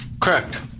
Correct